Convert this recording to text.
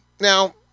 now